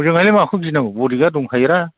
हजोंहायलाय माखौ गिनांगौ बदिगार्द दंखायोरा